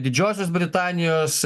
didžiosios britanijos